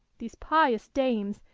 these pious dames,